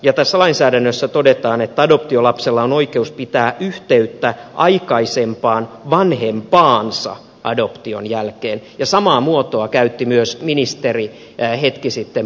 tässä lainsäädännössä todetaan että adoptiolapsella on oikeus pitää yhteyttä aikaisempaan vanhempaansa adoption jälkeen ja samaa muotoa käytti myös ministeri hetki sitten puhuessaan